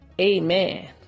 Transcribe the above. Amen